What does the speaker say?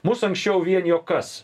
mus anksčiau vienijo kas